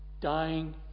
dying